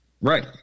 right